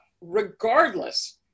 regardless